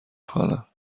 خوانم